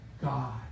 God